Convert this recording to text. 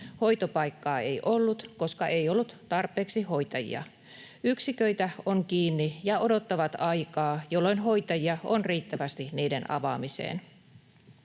Hoitopaikkaa ei ollut, koska ei ollut tarpeeksi hoitajia. Yksiköitä on kiinni, ja ne odottavat aikaa, jolloin hoitajia on riittävästi niiden avaamiseen.